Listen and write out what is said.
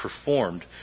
performed